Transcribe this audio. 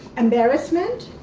embarrassment.